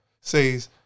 says